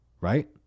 Right